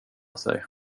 sig